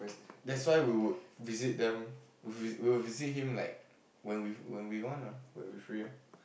that's why we would visit them we we will visit him like when we when we want ah when we free